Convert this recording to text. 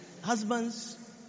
Husbands